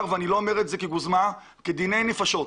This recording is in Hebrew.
כאן ואני לא אומר זאת כגוזמה בדיני נפשות.